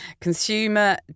Consumer